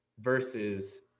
versus